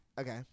okay